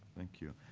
thank you.